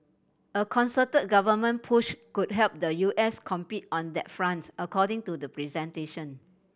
a concerted government push could help the U S compete on that front according to the presentation